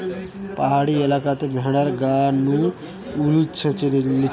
পাহাড়ি এলাকাতে ভেড়ার গা নু উল চেঁছে লিছে